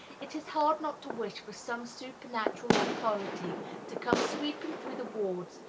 it is hard not to wish for some supernatural authority to come sweeping through the wards,